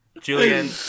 Julian